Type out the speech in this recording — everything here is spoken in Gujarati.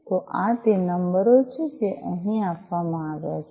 તો આ તે નંબરો છે જે અહીં આપવામાં આવ્યા છે